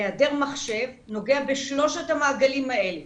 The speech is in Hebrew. היעדר מחשב נוגע בשלושת המעגלים האלה